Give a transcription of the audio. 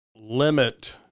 limit